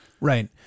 Right